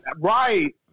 Right